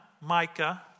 Micah